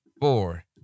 four